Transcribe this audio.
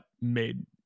made